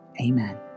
Amen